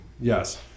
Yes